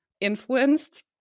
influenced